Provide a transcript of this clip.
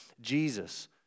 Jesus